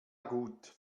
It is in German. gut